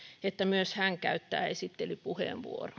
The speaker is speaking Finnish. että myös hän käyttää esittelypuheenvuoron